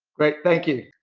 great, thank you.